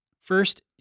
First